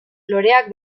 loreak